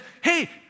hey